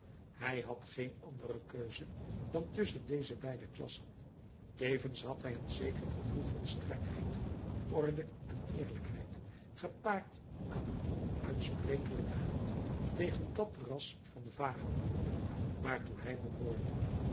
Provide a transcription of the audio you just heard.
hij had geen andere keuze dan tusschen deze beide klassen tevens had hij een zeker gevoel van strengheid orde en eerlijkheid gepaard aan een onuitsprekelijken haat tegen dat ras van vagebonden waartoe hij behoorde